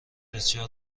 بسیار